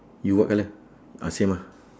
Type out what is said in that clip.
you what colour uh same ah